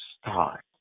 start